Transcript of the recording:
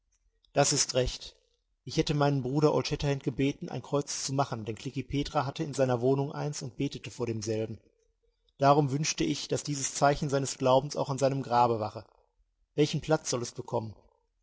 das ist recht ich hätte meinen bruder old shatterhand gebeten ein kreuz zu machen denn klekih petra hatte in seiner wohnung eins und betete vor demselben darum wünschte ich daß dieses zeichen seines glaubens auch an seinem grabe wache welchen platz soll es bekommen